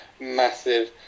massive